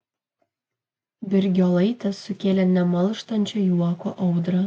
birgiolaitės sukėlė nemalštančio juoko audrą